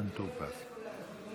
אדוני היו"ר.